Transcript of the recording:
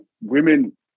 women